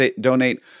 donate